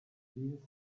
bills